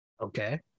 Okay